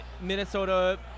Minnesota